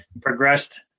progressed